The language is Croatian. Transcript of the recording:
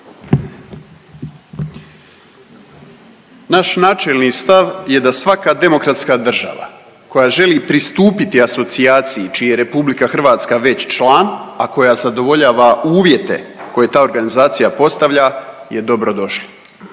Naš načelni stav je da svaka demokratska država koja želi pristupiti asocijaciji čiji je RH već član, a koja zadovoljava uvjete koje ta organizacija postavlja je dobrodošla.